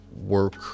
work